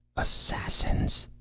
assassins!